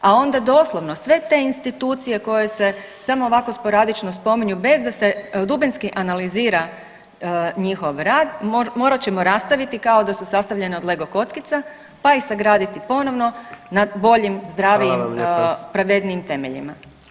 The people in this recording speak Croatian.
A onda doslovno sve te institucije koje se samo ovako sporadično spominju bez da se dubinski analizira njihov rad morat ćemo rastaviti kao da su sastavljene od lego kockica, pa ih sagraditi ponovno na boljim, zdravijim, pravednijim temeljima.